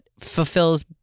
fulfills